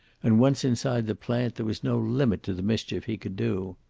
and once inside the plant, there was no limit to the mischief he could do.